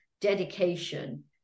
dedication